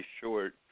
short